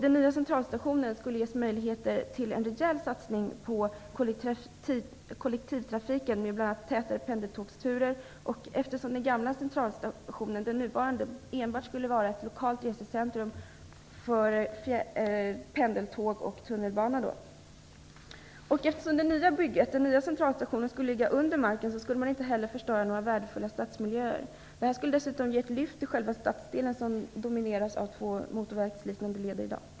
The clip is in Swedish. Den nya centralstationen skulle ges möjligheter till en rejäl satsning på kollektivtrafiken med bl.a. tätare pendeltågsturer, eftersom nuvarande centralstation enbart skulle vara ett lokalt resecentrum för pendeltåg och tunnelbana. Eftersom den nya centralstationen skulle ligga under marken, skulle man inte heller förstöra några värdefulla stadsmiljöer. Detta skulle dessutom ge ett lyft för själva stadsdelen som i dag domineras av två motorvägsliknande leder.